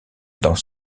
dans